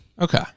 Okay